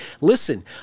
listen